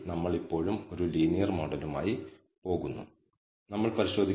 നമ്മൾ full model സ്വീകരിക്കും അല്ലെങ്കിൽ നമ്മൾ നിരസിക്കുന്നു